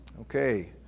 Okay